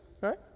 right